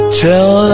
tell